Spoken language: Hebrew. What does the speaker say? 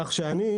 כך שאני,